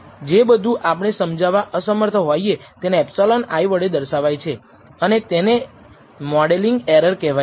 અને તેથી જે બધું આપણે સમજાવવા અસમર્થ હોઈએ તેને ε i વડે દર્શાવાય છે અને તેને મોડેલિંગ એરર કહેવાય છે